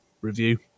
review